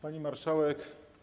Pani Marszałek!